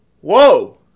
Whoa